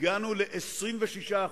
הגענו ל-26%.